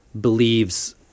believes